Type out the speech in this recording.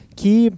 que